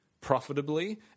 profitably